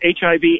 HIV